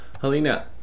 helena